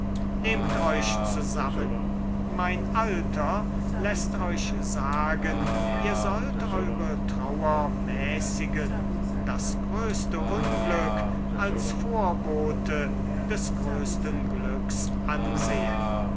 nehmt euch zusammen mein alter läßt euch sagen ihr sollt eure trauer mäßigen das größte unglück als vorbote des größten glücks ansehen